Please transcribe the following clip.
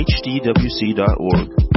hdwc.org